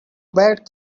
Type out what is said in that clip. bad